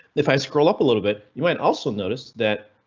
if i scroll up a little bit, you might also notice that.